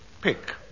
pick